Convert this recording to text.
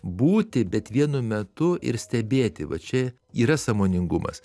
būti bet vienu metu ir stebėti va čia yra sąmoningumas